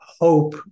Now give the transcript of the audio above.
hope